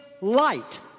light